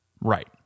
Right